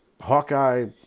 Hawkeye